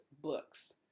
books